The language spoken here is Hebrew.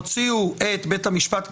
הוציאו את בית המשפט.